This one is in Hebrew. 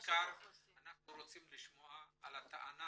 בעיקר על הטענה